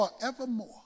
forevermore